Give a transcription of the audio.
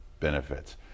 benefits